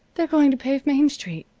they're going to pave main street,